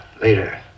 later